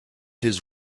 his